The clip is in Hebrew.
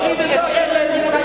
אי-אפשר להוריד את האקדמיה לביוב.